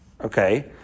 okay